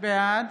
בעד